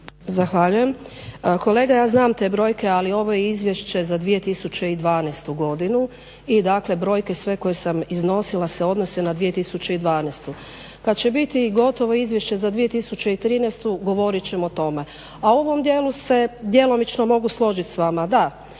Zahvaljujem. Kolega ja znam te brojke ali ovo je Izvješće za 2012. godinu i dakle brojke sve koje sam iznosila se odnose na 2012. Kad će biti gotovo Izvješće za 2013. govorit ćemo o tome, a u ovom dijelu se djelomično mogu složit s vama. Da,